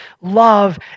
love